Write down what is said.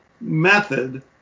method